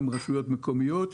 גם רשויות מקומיות,